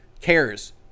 cares